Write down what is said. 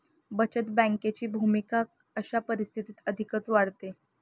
बचत बँकेची भूमिका अशा परिस्थितीत अधिकच वाढते